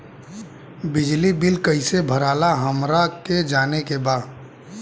बिजली बिल कईसे भराला हमरा के जाने के बा?